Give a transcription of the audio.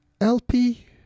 LP